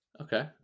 Okay